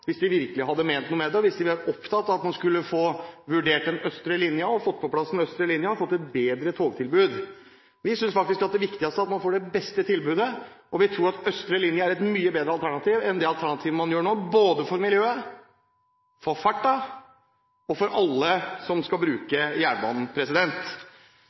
hvis de virkelig hadde ment noe med det, og hvis de hadde vært opptatt av å få på plass den østre linjen og få et bedre togtilbud. Vi synes faktisk det viktigste er å få det beste tilbudet. Vi tror at østre linje er et mye bedre alternativ enn det alternativet man vedtar nå, både for miljøet, for farten og for alle som skal